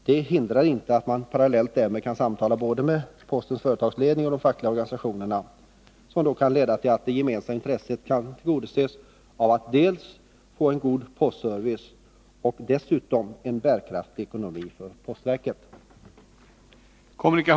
Det hindrar inte att man parallellt därmed kan samtala med både postens företagsledning och de fackliga organisationerna, vilket kanske kan leda till att både en god postservice och en bärkraftig ekonomi för postverket säkras.